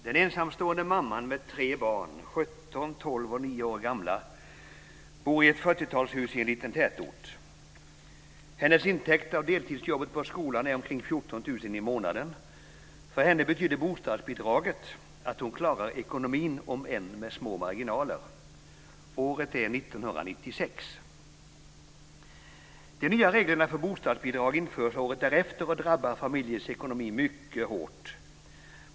Herr talman! Den ensamstående mamman med tre barn, 17, 12 och 9 år gamla, bor i ett 40-talshus i liten tätort. Hennes intäkt av deltidsjobbet på skolan är omkring 14 000 kr i månaden. För henne betyder bostadsbidraget att hon klarar ekonomin om än med små marginaler. Året är 1996. De nya reglerna för bostadsbidrag införs året därefter och drabbar familjens ekonomi mycket hårt.